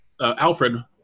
Alfred